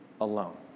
alone